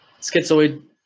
schizoid